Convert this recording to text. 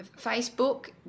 facebook